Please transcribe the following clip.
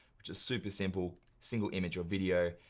which is super simple single image or video.